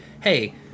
hey